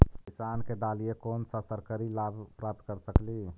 किसान के डालीय कोन सा सरकरी लाभ प्राप्त कर सकली?